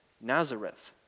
Nazareth